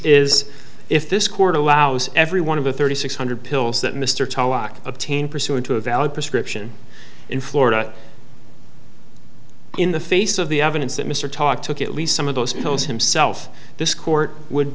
is if this court allows every one of the thirty six hundred pills that mr tulloch obtained pursuant to a valid prescription in florida in the face of the evidence that mr talk took at least some of those pills himself this court would